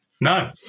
No